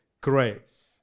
grace